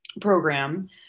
program